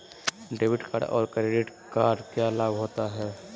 Debit card और credit card क्या लाभ होता है?